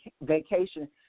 vacation